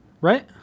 right